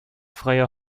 freie